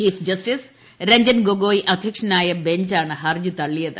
chief justice Ranjan Gogoi അധ്യക്ഷനായ ബഞ്ചാണ് ഹർജി തള്ളിയത്